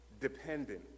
dependent